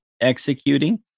executing